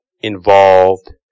involved